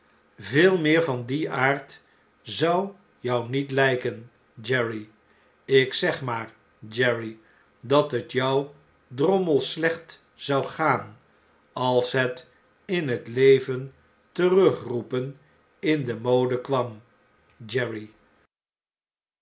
veel meer van dien aard zou jou niet lijken jerry i ik zeg maar jerry dat het jou drommels slecht zou gaan als het in het leven terugroepen in de mode kwam